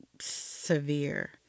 severe